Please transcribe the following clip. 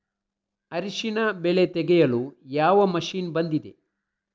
ಅರಿಶಿನ ಬೆಳೆ ತೆಗೆಯಲು ಯಾವ ಮಷೀನ್ ಬಂದಿದೆ?